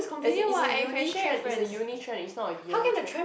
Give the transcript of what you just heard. as in it's a uni trend it's a uni trend it's not a year trend